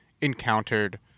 encountered